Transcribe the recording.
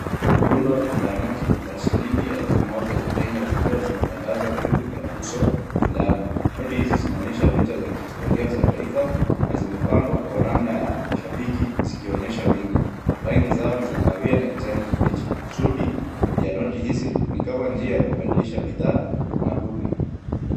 Rundo la noti la shilingi elfu moja za kenya zikiwa zimetandazwa juu ya uso fulani. Noti hizi zinaonyesha picha za kihistoria za taifa na zimepangwa kwa namna ya shabiki zikionyesha wingi. Rangi zao ni za kahawia na kijani kibichi. Kusudi ya noti hizi ni kama njia ya kubadilisha bidhaa na huduma.